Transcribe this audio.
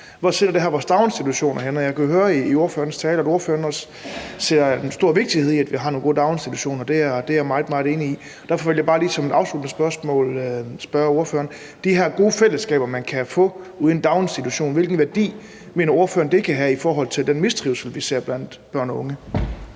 stiller det her vores dagsinstitutioner? Jeg kunne høre i ordførerens tale, at ordføreren også synes, at det er meget vigtigt, at vi har nogle gode daginstitutioner. Det er jeg meget, meget enig i. Derfor vil jeg bare lige som et afsluttende spørgsmål spørge ordføreren: Hvilken værdi mener ordføreren de her gode fællesskaber, man kan få ude i en daginstitution, kan have i forhold til den mistrivsel, vi ser blandt børn og unge?